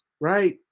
Right